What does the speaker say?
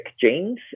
genes